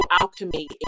alchemy